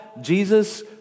Jesus